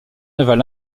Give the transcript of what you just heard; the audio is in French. naval